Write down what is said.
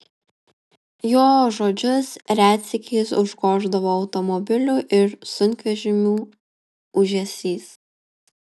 jo žodžius retsykiais užgoždavo automobilių ir sunkvežimių ūžesys